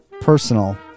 personal